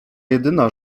jedyna